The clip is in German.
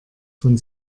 von